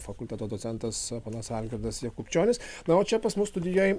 fakulteto docentas ponas algirdas jakubčionis na o čia pas mus studijoj